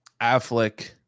affleck